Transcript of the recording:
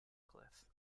cliff